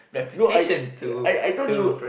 no I I I thought you